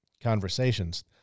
conversations